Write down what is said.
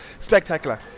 spectacular